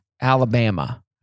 Alabama